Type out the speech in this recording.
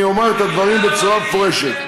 אומר את הדברים בצורה מפורשת.